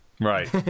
right